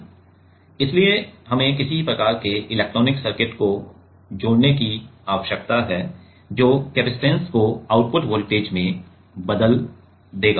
इसलिए हमें किसी प्रकार के इलेक्ट्रॉनिक सर्किट को जोड़ने की आवश्यकता है जो कैपेसिटेंस को आउटपुट वोल्टेज में बदल देगा